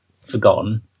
forgotten